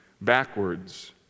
backwards